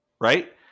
right